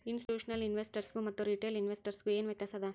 ಇನ್ಸ್ಟಿಟ್ಯೂಷ್ನಲಿನ್ವೆಸ್ಟರ್ಸ್ಗು ಮತ್ತ ರಿಟೇಲ್ ಇನ್ವೆಸ್ಟರ್ಸ್ಗು ಏನ್ ವ್ಯತ್ಯಾಸದ?